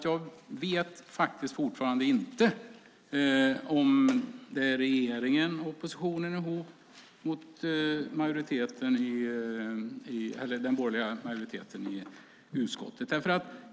Jag vet fortfarande inte om det är regeringen och oppositionen tillsammans mot den borgerliga majoriteten i utskottet.